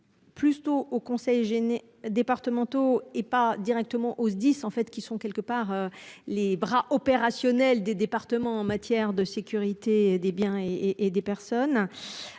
Plus tôt au Conseil gêné départementaux et pas directement au SDIS en fait qui sont quelque part les bras opérationnel des départements en matière de sécurité des biens et et des personnes.